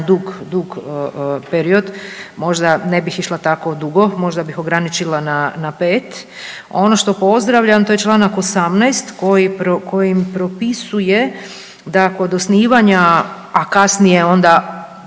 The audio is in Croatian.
dug period. Možda ne bih išla tako dugo? Možda bih ograničila na 5? Ono što pozdravljam to je članak 18. koji propisuje da kod osnivanja, a kasnije onda